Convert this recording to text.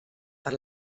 per